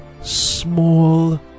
small